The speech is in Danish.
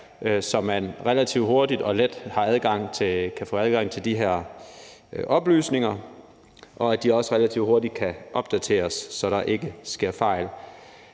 så man relativt hurtigt og let kan få adgang til de her oplysninger, og de kan også relativt hurtigt opdateres, så der ikke sker fejl.